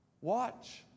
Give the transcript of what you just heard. Watch